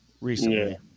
recently